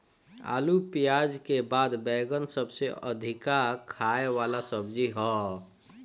आलू पियाज के बाद बैगन सबसे अधिका खाए वाला सब्जी हअ